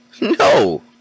No